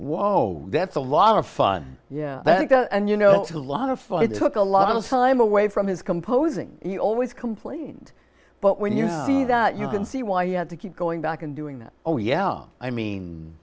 was that's a lot of fun yeah and you know a lot of fun it took a lot of time away from his composing he always complained but when you see that you can see why you had to keep going back and doing that oh yeah i mean